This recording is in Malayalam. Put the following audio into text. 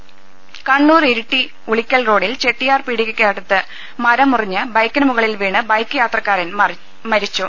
ദൃശ്ശിക്കും കണ്ണൂർ ഇരിട്ടി ഉളിക്കൽ റോഡിൽ ചെട്ടിയാർ പീടികക്കടുത്ത് മരം മുറിഞ്ഞ് ബൈക്കിന് മുകളിൽ വീണ് ബൈക്ക് യാത്രക്കാരൻ മരിച്ചു